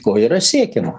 ko yra siekiama